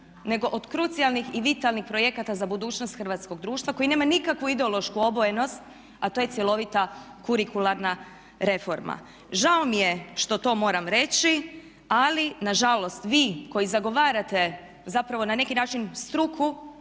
nego od krucijalnih i vitalnih projekta za budućnost hrvatskog društva koji nema nikakvu ideološku obojenost, a to je cjelovita kurikularna reforma. Žao mi je što to moram reći ali nažalost vi koji zagovarate zapravo na neki način struku